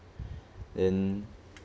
then